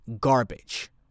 garbage